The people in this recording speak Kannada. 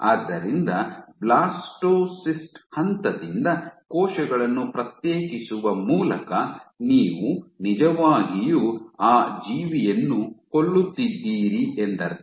ಆದ್ದರಿಂದ ಬ್ಲಾಸ್ಟೊಸಿಸ್ಟ್ ಹಂತದಿಂದ ಕೋಶಗಳನ್ನು ಪ್ರತ್ಯೇಕಿಸುವ ಮೂಲಕ ನೀವು ನಿಜವಾಗಿಯೂ ಆ ಜೀವಿಯನ್ನು ಕೊಲ್ಲುತ್ತಿದ್ದೀರಿ ಎಂದರ್ಥ